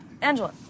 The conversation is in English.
angela